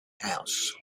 house